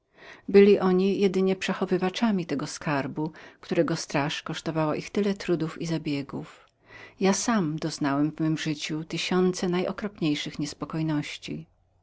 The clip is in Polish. byli oni jedynie przechowywaczami tego skarbu którego straż kosztowała ich tyle trudów i zabiegów ja sam doznałem w mem życiu tysiące najokropniejszych niespokojności